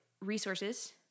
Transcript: resources